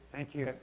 thank you.